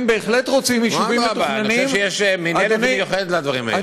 הם בהחלט רוצים יישובים מתוכננים.